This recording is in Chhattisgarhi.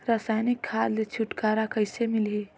रसायनिक खाद ले छुटकारा कइसे मिलही?